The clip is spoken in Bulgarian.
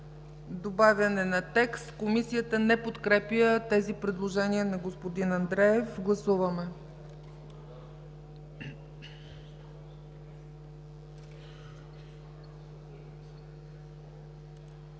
135 и чл. 136 – Комисията не подкрепя тези предложения на господин Андреев. Гласуваме.